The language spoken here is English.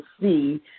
see